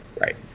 Right